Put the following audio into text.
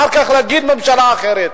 ואחר כך להגיד: ממשלה אחרת.